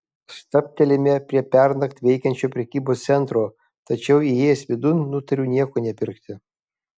stabtelime prie pernakt veikiančio prekybos centro tačiau įėjęs vidun nutariu nieko nepirkti